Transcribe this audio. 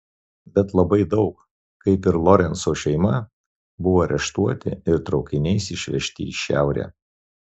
bet labai daug kaip ir lorenco šeima buvo areštuoti ir traukiniais išvežti į šiaurę